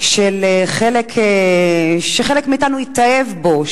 שחלק מאתנו התאהב בו,